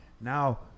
Now